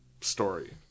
story